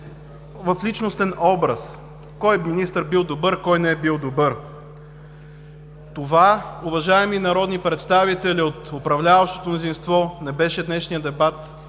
в личностен план – кой министър бил добър, кой не бил. Това, уважаеми народни представители от управляващото мнозинство, не беше днешният дебат,